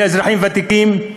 לאזרחים ותיקים,